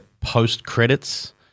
post-credits